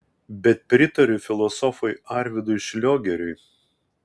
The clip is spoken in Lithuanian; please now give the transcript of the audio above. bet pritariu filosofui arvydui šliogeriui